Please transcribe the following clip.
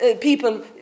people